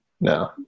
No